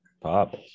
pop